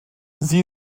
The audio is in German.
sie